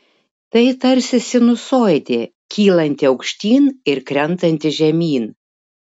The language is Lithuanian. tai tarsi sinusoidė kylanti aukštyn ir krentanti žemyn